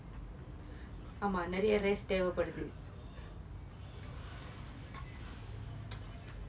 ஆமாம் நிறைய: aamaam niraya rest தேவைப்படுது:thevaipaduthu